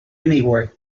anyway